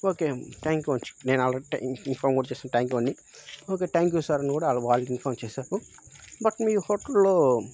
okay thank you నేను already inform కూడా చేసాను థ్యాంక్యూ అని ఓకే థ్యాంక్యూ సార్ అని కూడా వాళ్ళకి వాళ్ళకి ఇన్ఫామ్ చేసాను బట్ మీ హోటల్లో